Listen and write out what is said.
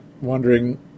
wondering